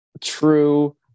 true